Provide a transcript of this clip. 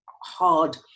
hard